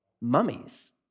Mummies